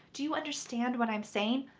do you understand what i'm saying?